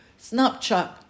Snapchat